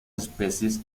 especies